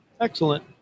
Excellent